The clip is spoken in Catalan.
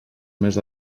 més